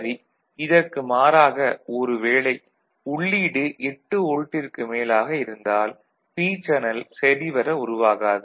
சரி இதற்கு மாறாக ஒரு வேளை உள்ளீடு 8 வோல்ட்டிற்கு மேலாக இருந்தால் பி சேனல் சரிவர உருவாகாது